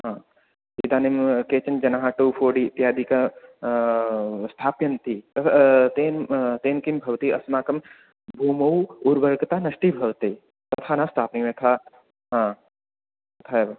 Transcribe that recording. इदानीं केचन जनाः तु फ़ुड् इत्यादिक स्थापयन्ति तद् तेन तेन किं भवति अस्माकं भूमौ ऊर्वारुकता नष्टीभवति तथा न स्थापनीयं यथा तथा एव